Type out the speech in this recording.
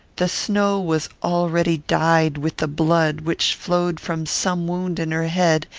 the snow was already dyed with the blood which flowed from some wound in her head,